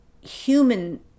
human